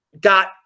got